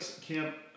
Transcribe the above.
Camp